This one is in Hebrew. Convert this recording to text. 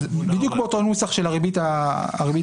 בדיוק באותו נוסח של הריבית השקלית.